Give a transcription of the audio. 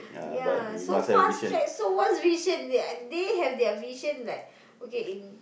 ya so fast track so why vision they have their mission like okay in